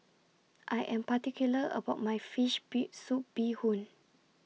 I Am particular about My Fish Be Soup Bee Hoon